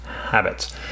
habits